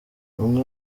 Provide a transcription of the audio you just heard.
umwe